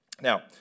Now